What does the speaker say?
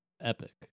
Epic